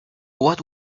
what